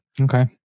Okay